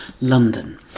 London